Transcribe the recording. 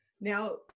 Now